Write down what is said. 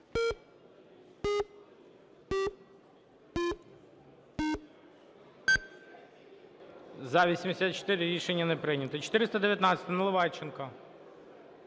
За-84 Рішення не прийнято. 419-а, Наливайченко.